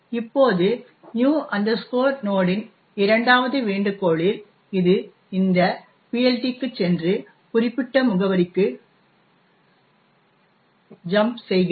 இப்போது நியூ நோட்new node இன் இரண்டாவது வேண்டுகோளில் இது இந்த பிஎல்டிக்குச் சென்று குறிப்பிட்ட முகவரிக்குத் ஜம்ப் செய்கிறது